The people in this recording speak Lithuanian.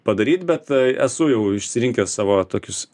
padaryt bet esu jau išsirinkęs savo tokius